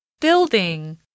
Building